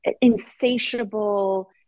insatiable